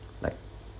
like